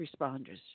responders